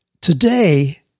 today